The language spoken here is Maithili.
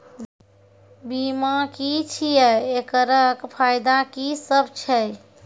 बीमा की छियै? एकरऽ फायदा की सब छै?